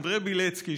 אנדריי בילצקי,